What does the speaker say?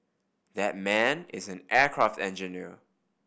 that man is an aircraft engineer